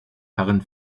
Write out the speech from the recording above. herren